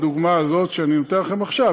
בדוגמה הזאת שאני נותן לכם עכשיו,